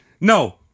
No